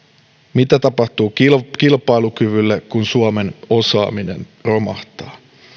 mitä tapahtuu kilpailukyvylle kun suomen osaaminen romahtaa